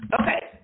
Okay